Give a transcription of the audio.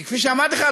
כי כפי שאמרתי לך,